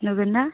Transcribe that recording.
नुगोन ना